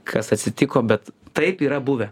kas atsitiko bet taip yra buvę